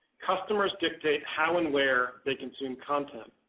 customers dictate how and where they consume content.